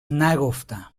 نگفتم